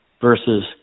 versus